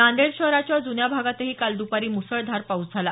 नांदेड शहराच्या जुन्या भागातही काल दुपारी मुसळधार पाऊस झाला